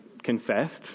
confessed